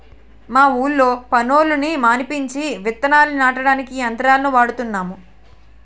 మా ఊళ్ళో పనోళ్ళని మానిపించి విత్తనాల్ని నాటడానికి యంత్రాలను వాడుతున్నాము